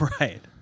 Right